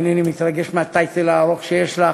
אני אינני מתרגש מהטייטל הארוך שיש לך,